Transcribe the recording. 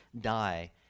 die